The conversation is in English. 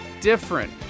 different